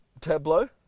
Tableau